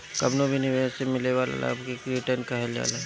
कवनो भी निवेश से मिले वाला लाभ के रिटर्न कहल जाला